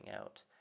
out